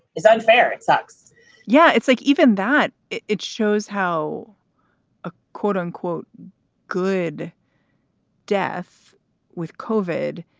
it's unfair. it sucks yeah. it's like even that it it shows how a quote unquote good death with covered.